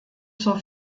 zur